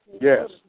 Yes